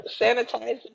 sanitize